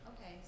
okay